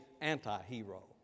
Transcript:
anti-hero